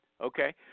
Okay